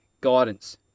guidance